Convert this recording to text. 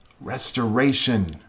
Restoration